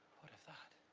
what of that?